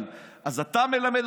אני מחדש את הזמן.